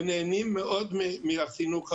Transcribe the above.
ונהנים מאוד מהחינוך המשלב.